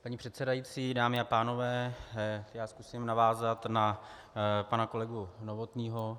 Paní předsedající, dámy a pánové, zkusím navázat na pana kolegu Novotného.